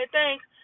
thanks